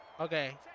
okay